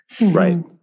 right